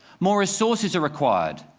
more resources are required.